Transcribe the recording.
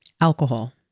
alcohol